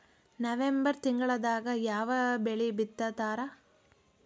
November ತಿಂಗಳದಾಗ ಯಾವ ಬೆಳಿ ಬಿತ್ತತಾರ?